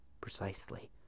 Precisely